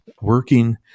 working